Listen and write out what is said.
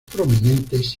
prominentes